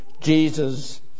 Jesus